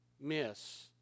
miss